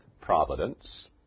providence